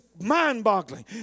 mind-boggling